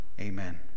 Amen